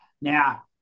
Now